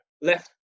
left